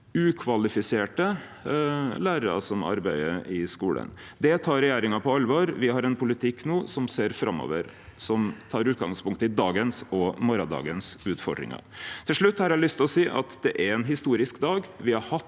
ukvalifiserte lærarar som arbeider i skulen. Det tek regjeringa på alvor. Me har ein politikk som ser framover, og som tek utgangspunkt i dagens og morgondagens utfordringar. Til slutt har eg lyst til å seie at det er ein historisk dag.